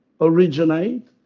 originate